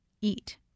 eat